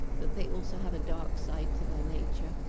that they also have a dark side to their nature,